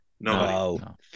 No